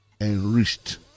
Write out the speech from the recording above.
enriched